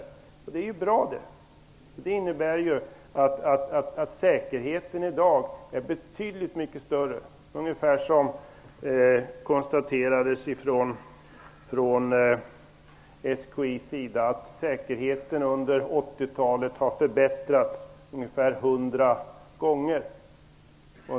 Det är ju bra, för det innebär att säkerheten i dag är betydligt mycket större. Det har från SKI:s sida konstaterats att säkerheten under 80-talet har förbättrats ungefär hundrafalt.